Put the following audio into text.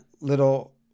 little